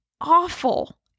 awful